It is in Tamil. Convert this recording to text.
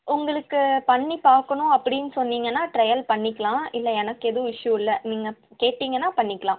உங்களுக்கு பண்ணி பார்க்கணும் அப்படின் சொன்னிங்கனால் ட்ரெயல் பண்ணிக்கலாம் இல்லை எனக்கு எதுவும் இஷு இல்லை நீங்கள் கேட்டீங்கனால் பண்ணிக்கலாம்